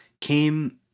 came